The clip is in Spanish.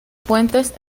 puentes